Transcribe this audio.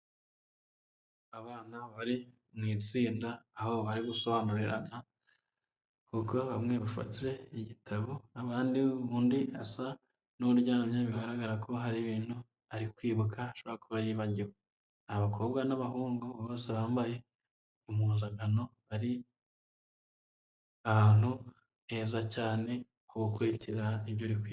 Abana bari mu itsinda aho barigusobanurirana kuko bamwe bafashe igitabo abandi, undi asa n'uryamye bigaragara ko hari ibintu arikwibuka ashobora kuba yibagiwe. Abakobwa n'abahungu bose bambaye impuzangano bari ahantu heza cyane ho gukurikira ibyo urikwiga.